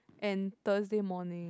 and Thursday morning